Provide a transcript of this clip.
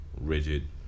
rigid